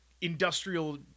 industrial